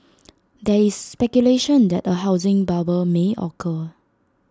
there is speculation that A housing bubble may occur